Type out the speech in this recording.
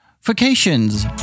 vacations